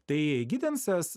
tai gidensas